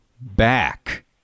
back